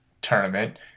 tournament